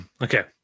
okay